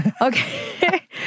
Okay